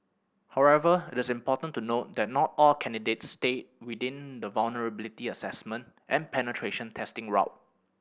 however it is important to note that not all candidates stay within the vulnerability assessment and penetration testing route